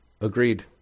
Agreed